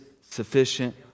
sufficient